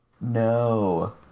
no